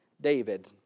David